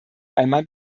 einmal